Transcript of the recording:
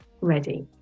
ready